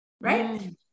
Right